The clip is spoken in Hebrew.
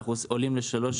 אנחנו עולים שלוש